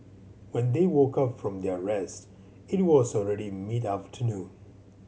when they woke up from their rest it was already mid afternoon